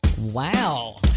Wow